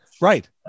Right